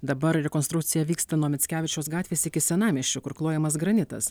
dabar rekonstrukcija vyksta nuo mickevičiaus gatvės iki senamiesčio kur klojamas granitas